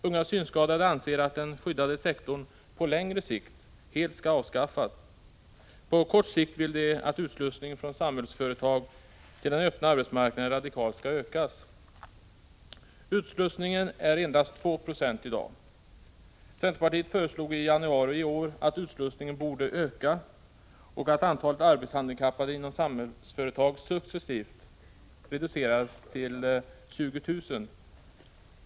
Unga Synskadade anser att den skyddade sektorn, på längre sikt, helt skall avskaffas. På kort sikt vill man att utslussningen från Samhällsföretag till den öppna arbetsmarknaden radikalt skall ökas. Utslussningen är i dag endast 2 90. Centerpartiet föreslog i januari i år att utslussningen skulle öka och att antalet arbetshandikappade inom Samhällsföretag successivt skulle reduceras till 20 000.